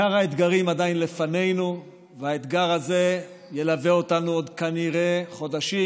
עיקר האתגרים עדיין לפנינו והאתגר הזה ילווה אותנו עוד כנראה חודשים,